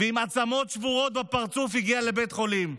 ועם עצמות שבורות בפרצוף הוא הגיע לבית חולים.